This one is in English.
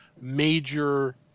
major